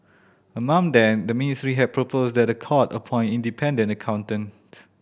among them the ministry had proposed that the court appoint independent accountant